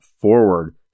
forward